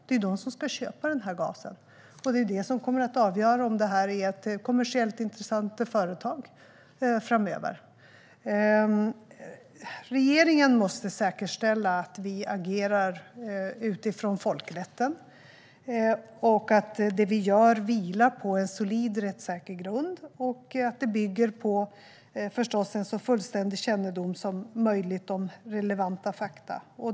Det är de som ska köpa gasen. Det är det som kommer att avgöra om detta är ett kommersiellt intressant företag framöver. Regeringen måste säkerställa att vi agerar utifrån folkrätten och att det vi gör vilar på en solid och rättssäker grund samt att det bygger på en så fullständig kännedom som möjligt om relevanta fakta.